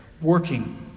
working